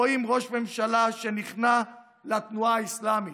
רואים ראש ממשלה שנכנע לתנועה האסלאמית,